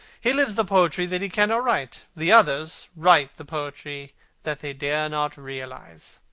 he lives the poetry that he cannot write. the others write the poetry that they dare not realize.